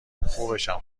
خوبشم